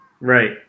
right